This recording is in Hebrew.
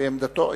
ועמדתו האישית.